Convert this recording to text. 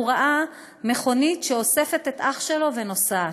הוא ראה מכונית שאוספת את האח שלו ונוסעת.